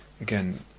again